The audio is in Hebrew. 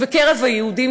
"בקרב היהודים,